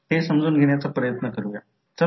तर M प्रत्यक्षात M12 M21 आहे